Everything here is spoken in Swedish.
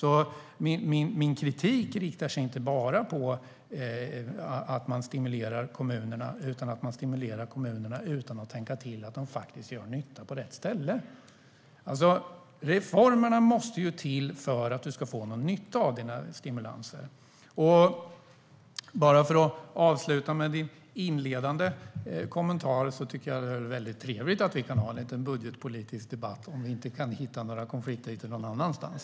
Min kritik riktar sig inte bara mot att man stimulerar kommunerna utan att man stimulerar kommunerna utan att tänka på att pengarna gör nytta på rätt ställe. Reformerna måste ju till för att du ska få någon nytta av dina stimulanser. Bara för att avsluta med din inledande kommentar: Jag tycker att det är trevligt att vi kan ha en liten budgetpolitisk debatt om vi inte kan hitta några konflikter någon annanstans.